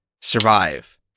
survive